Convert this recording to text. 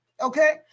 okay